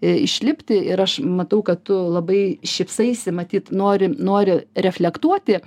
išlipti ir aš matau kad tu labai šypsaisi matyt nori nori reflektuoti